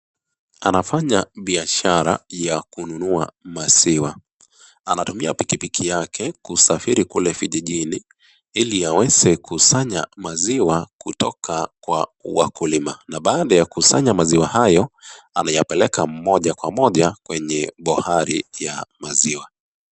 Anafanya biashara ya kununuza maziwa, anatumia pikipiki yake kusafiri kule vijijini iliaweze kusanya maziwa kutoka kwa wakulima, na baada ya kusanya maziwa hayo anayapeleka moja kwa moja kwenya bohari ya maziwa.